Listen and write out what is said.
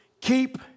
keep